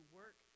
work